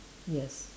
yes